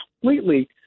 completely